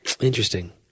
Interesting